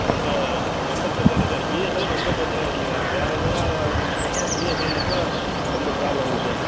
ரொம்ப ரொம்ப பிரச்சினையா இருக்குது சார் பிஎஸ்என்எல் ரொம்ப பிரச்சினையா இருக்குங்க வேறு எதுனா இதுஏயும் பிஎஸ்என்எல் மட்டும் ரொம்ப ப்ராப்பளம் இருக்குது சார்